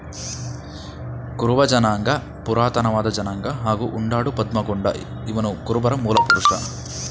ಕುರುಬ ಜನಾಂಗ ಪುರಾತನವಾದ ಜನಾಂಗ ಹಾಗೂ ಉಂಡಾಡು ಪದ್ಮಗೊಂಡ ಇವನುಕುರುಬರ ಮೂಲಪುರುಷ